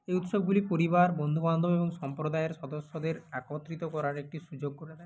এই উৎসবগুলি পরিবার বন্ধুবান্ধব এবং সম্প্রদায়ের সদস্যদের একত্রিত করার একটি সুযোগ করে দেয়